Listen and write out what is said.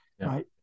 Right